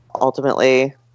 Ultimately